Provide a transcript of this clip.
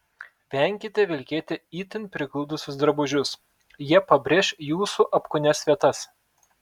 venkite vilkėti itin prigludusius drabužius jie pabrėš jūsų apkūnias vietas